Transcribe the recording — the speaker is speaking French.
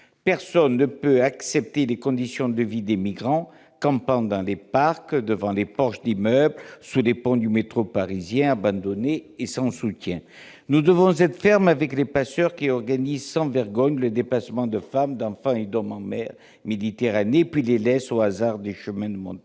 Personne ne peut accepter les conditions de vie des migrants, campant dans des parcs, devant des porches d'immeubles, sous des ponts du métro parisien, abandonnés et sans soutien. Nous devons être fermes avec les passeurs qui organisent sans vergogne le déplacement de femmes, d'enfants et d'hommes en mer Méditerranée, puis les laissent au hasard des chemins de montagne,